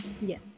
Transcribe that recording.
Yes